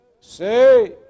say